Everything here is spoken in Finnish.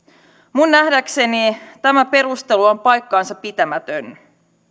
minun nähdäkseni tämä perustelu on paikkansapitämätön